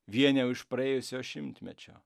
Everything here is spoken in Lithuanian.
vien jau iš praėjusio šimtmečio